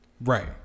Right